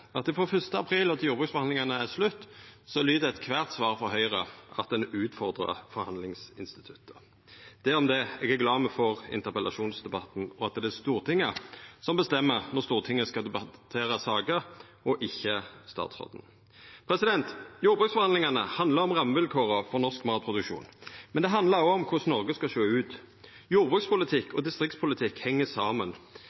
at frå 1. april og til jordbruksforhandlingane er slutt, lyder kvart svar frå Høgre at ein utfordrar forhandlingsinstituttet. Dei om det – eg er glad for at me får interpellasjonsdebatten, og at det er Stortinget som bestemmer når Stortinget skal debattera saker, ikkje statsråden. Jordbruksforhandlingane handlar om rammevilkåra for norsk matproduksjon. Men det handlar òg om korleis Noreg skal sjå ut. Jordbrukspolitikk